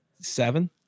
seven